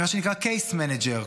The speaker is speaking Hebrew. עם מה שנקרא Case Manager.